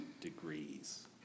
degrees